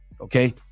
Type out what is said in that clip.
okay